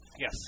Yes